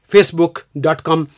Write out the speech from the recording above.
Facebook.com